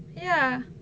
ya